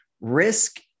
Risk